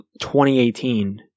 2018